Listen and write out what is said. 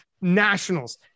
Nationals